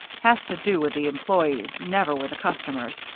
has to do with the employees, never with the customers,